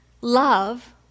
love